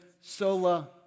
sola